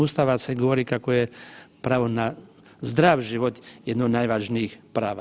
Ustava se govori kako je pravo na zdrav život jedno od najvažnijih prava.